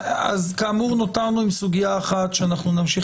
אז כאמור נותרנו עם סוגיה אחת שאנחנו נמשיך